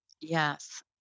Yes